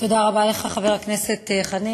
תודה רבה לך, חבר הכנסת חנין.